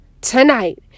tonight